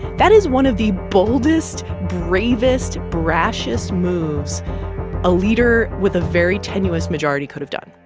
that is one of the boldest, bravest, brashest moves a leader with a very tenuous majority could have done